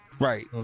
Right